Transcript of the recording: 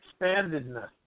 expandedness